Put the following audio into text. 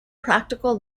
practical